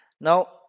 Now